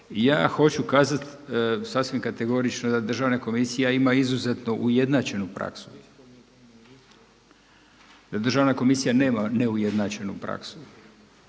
Ja hoću kazati sasvim kategorično da državna komisija ima izuzetno ujednačenu praksu, da državna komisija nema neujednačenu prasku.